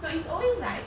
well it's always like